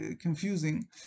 confusing